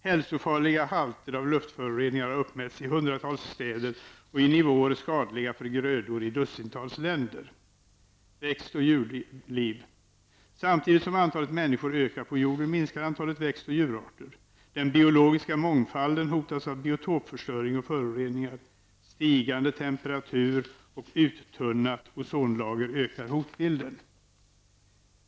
Hälsofarliga halter av luftföroreningar har uppmätts i hundratals städer och i nivåer skadliga för grödorna i dussintals länder. Samtidigt som antalet människor ökar på jorden minskar antalet djur och växtarter. Den biologiska mångfalden hotas av biotopförstöring och föroreningar. Stigande temperatur och uttunnat ozonlager ökar hotbilden.''